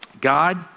God